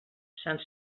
sant